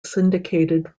syndicated